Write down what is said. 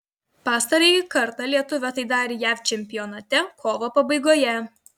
pastarąjį kartą lietuvė tai darė jav čempionate kovo pabaigoje